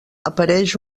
apareix